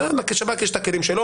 לשב"כ יש את הכלים שלו,